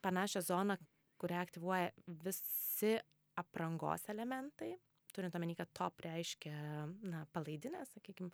panašią zoną kurią aktyvuoja visi aprangos elementai turint omeny kad top reiškia na palaidinę sakykim